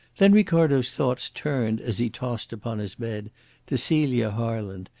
then ricardo's thoughts turned as he tossed upon his bed to celia harland,